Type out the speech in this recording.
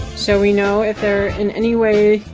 so, we know if they are, in any way,